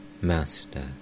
Master